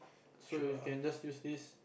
so you can just use this